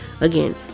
again